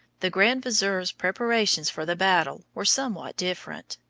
the grand vizier's preparations for the battle were somewhat different.